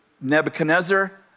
Nebuchadnezzar